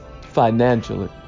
financially